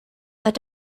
that